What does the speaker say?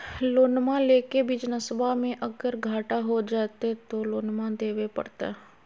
लोनमा लेके बिजनसबा मे अगर घाटा हो जयते तो लोनमा देवे परते?